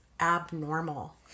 abnormal